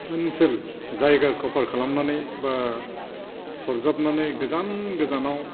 ओनसोल जायगा कभार खालामनानै बा सरजाबनानै गोजान गोजानाव